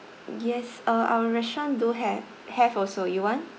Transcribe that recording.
yes uh our restaurant do have have also you want